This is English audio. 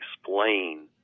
explain